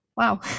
Wow